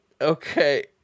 Okay